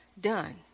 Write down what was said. done